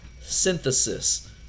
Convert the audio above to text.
synthesis